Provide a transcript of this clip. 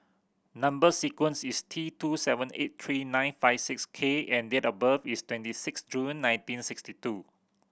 number sequence is T two seven eight three nine five six K and date of birth is twenty six June nineteen sixty two